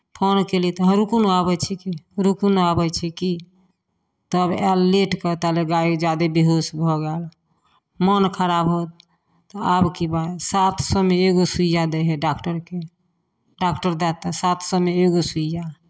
phone कयली तऽ हँ रुकू ने अबै छी की रुकू ने अबै छी की तब आयल लेटके ता ले गाए ज्यादा बेहोश भऽ गएल मोन खराब हो आब की हैत सात सएमे एगो सुइआ दै हइ डाक्टरके डाक्टर दएत तऽ सात सएमे एगो सुइआ